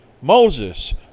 Moses